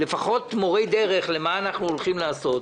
לפחות מורי דרך לְמה שאנחנו הולכים לעשות,